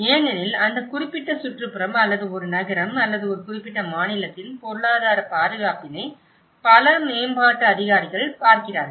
ஏனெனில் அந்த குறிப்பிட்ட சுற்றுப்புறம் அல்லது ஒரு நகரம் அல்லது ஒரு குறிப்பிட்ட மாநிலத்தின் பொருளாதார பாதுகாப்பினை பல மேம்பாட்டு அதிகாரிகள் பார்க்கிறார்கள்